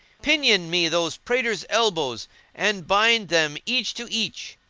pinion me those praters' elbows and bind them each to each.